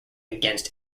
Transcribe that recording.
against